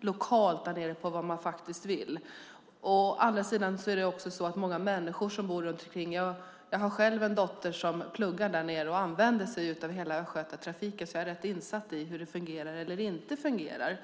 lokalt. Det råder det nog ingen tvekan om. Jag har själv en dotter som pluggar där nere och använder sig av hela Östgötatrafiken, så jag är helt insatt i hur det fungerar och inte fungerar.